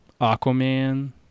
Aquaman